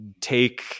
take